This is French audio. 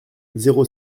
zéro